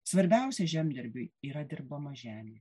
svarbiausia žemdirbiui yra dirbama žemė